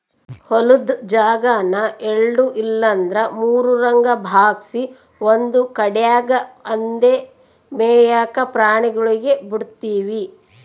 ಹೊಲುದ್ ಜಾಗಾನ ಎಲ್ಡು ಇಲ್ಲಂದ್ರ ಮೂರುರಂಗ ಭಾಗ್ಸಿ ಒಂದು ಕಡ್ಯಾಗ್ ಅಂದೇ ಮೇಯಾಕ ಪ್ರಾಣಿಗುಳ್ಗೆ ಬುಡ್ತೀವಿ